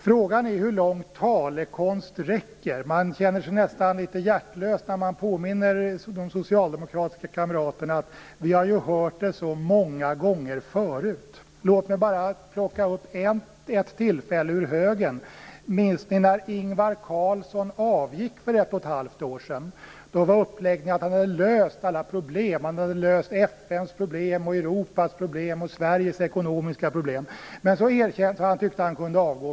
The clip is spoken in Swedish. Frågan är hur långt talekonst räcker. Man känner sig nästan litet hjärtlös när man påminner de socialdemokratiska kamraterna om att vi har hört detta många gånger förut. Låt mig bara plocka fram ett tillfälle ur högen. Minns ni när Ingvar Carlsson avgick för ett och ett halvt år sedan? Då var upplägget att man hade löst alla problem - FN:s problem, Europas problem och Sveriges ekonomiska problem - och därför tyckte Ingvar Carlsson att han kunde avgå.